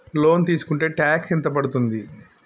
Loan తీస్కుంటే tax ఎంత పడ్తుంది?